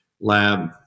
lab